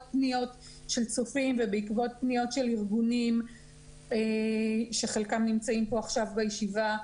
פניות של צופים ובעקבות פניות של ארגונים שחלקם נמצאים פה עכשיו בישיבה,